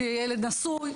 יש לי ילד נשוי,